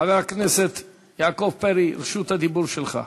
חבר הכנסת יעקב פרי, רשות הדיבור שלך.